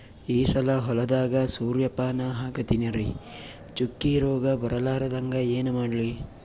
ಈ ಸಲ ಹೊಲದಾಗ ಸೂರ್ಯಪಾನ ಹಾಕತಿನರಿ, ಚುಕ್ಕಿ ರೋಗ ಬರಲಾರದಂಗ ಏನ ಮಾಡ್ಲಿ?